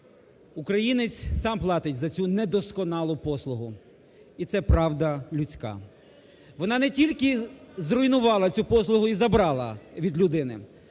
українець сам платить за цю недосконалу послугу. І це правда людська. Вона не тільки зруйнувала цю послугу і забрала від людини.